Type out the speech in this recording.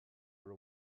were